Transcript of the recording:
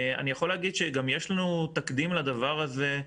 יש לנו גם תקדים לדבר הזה,